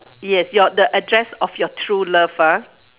yes your the address of your true love ah